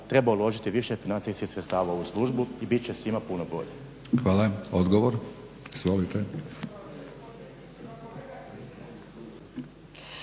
treba uložiti više financijskih sredstava u službu i bit će svima puno bolje. **Batinić, Milorad